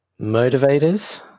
motivators